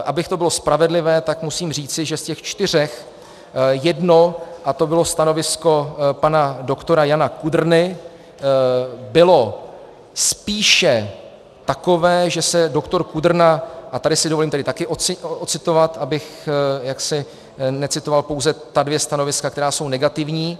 Aby to bylo spravedlivé, tak musím říci, že z těch čtyř jedno, a to bylo stanovisko pana doktora Jana Kudrny, bylo spíše takové, že se doktor Kudrna a tady si dovolím taky ocitovat, abych jaksi necitoval pouze ta dvě stanoviska, která jsou negativní.